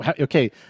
Okay